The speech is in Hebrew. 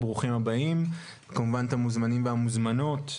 וכמובן את המוזמנים והמוזמנות,